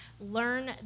learn